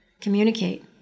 communicate